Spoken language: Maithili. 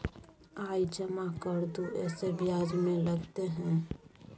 आय जमा कर दू ऐसे ब्याज ने लगतै है?